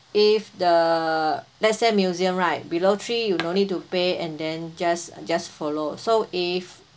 if the let's say museum right below three you no need to pay and then just just follow so if